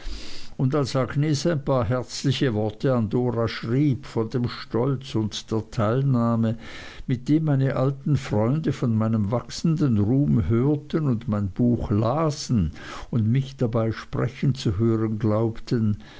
und als agnes ein paar herzliche worte an dora schrieb von dem stolz und der teilnahme mit dem meine alten freunde von meinem wachsenden ruhm hörten und mein buch läsen und mich dabei sprechen zu hören glaubten